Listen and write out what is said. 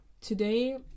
today